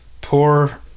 poor